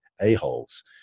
a-holes